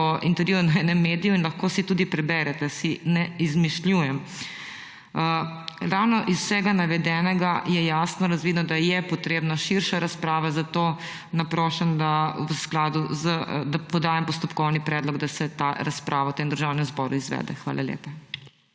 intervjuja v enem mediju in lahko si tudi preberete. Si ne izmišljujem. Ravno iz vsega navedenega je jasno razvidno, da je potrebna širša razprava, zato podajam postopkovni predlog, da se ta razprava v tem državnem zboru izvede. Hvala lepa.